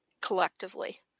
collectively